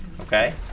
Okay